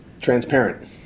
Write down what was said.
transparent